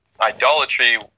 idolatry